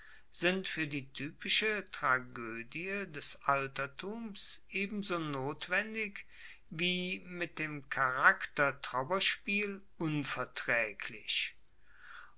sind fuer die typische tragoedie des altertums ebenso notwendig wie mit dem